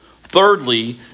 Thirdly